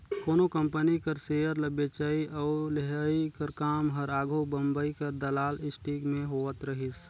कोनो कंपनी कर सेयर ल बेंचई अउ लेहई कर काम हर आघु बंबई कर दलाल स्टीक में होवत रहिस